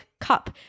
cup